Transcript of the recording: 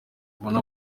mbone